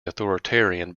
authoritarian